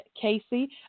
Casey